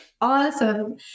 awesome